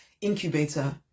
incubator